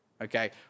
okay